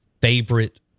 favorite